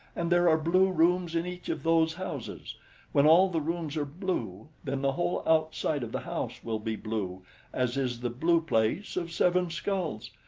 and there are blue rooms in each of those houses when all the rooms are blue then the whole outside of the house will be blue as is the blue place of seven skulls.